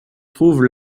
trouvent